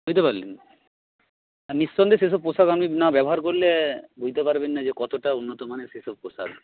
বুঝতে পারলেন নিঃসন্দেহে সেসব পোশাক আপনি না ব্যবহার করলে বুঝতে পারবেন না যে কতোটা উন্নতমানের সেসব পোশাক